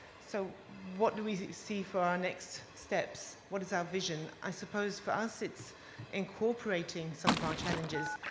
so what do we see for our next steps? what is our vision? i suppose for us it's incorporating some of our challenges.